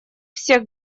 всех